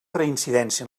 reincidència